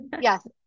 Yes